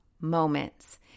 moments